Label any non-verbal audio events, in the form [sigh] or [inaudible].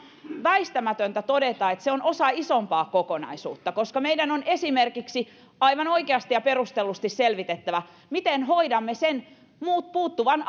väistämätöntä todeta että se on osa isompaa kokonaisuutta koska meidän on esimerkiksi aivan oikeasti ja perustellusti selvitettävä miten hoidamme sen puuttuvan [unintelligible]